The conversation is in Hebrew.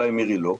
אולי מירי לא,